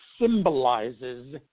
symbolizes